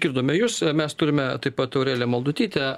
išgirdome jus mes turime taip pat aureliją maldutytę